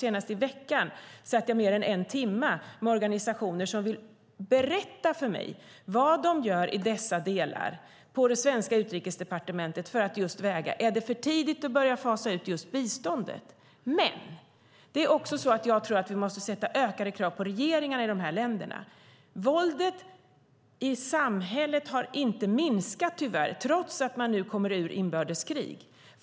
Senast i veckan satt jag mer än en timme med organisationer som vill berätta för mig på det svenska Utrikesdepartementet vad de gör i dessa delar, just för att väga: Är det för tidigt att börja fasa ut biståndet? Men jag tror också att vi måste ställa ökade krav på regeringarna i de här länderna. Våldet i samhället har tyvärr inte minskat, trots att man nu kommer ur inbördeskrig.